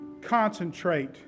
concentrate